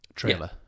trailer